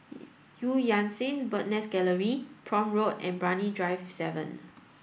Eu Yan Sang Bird's Nest Gallery Prome Road and Brani Drive seven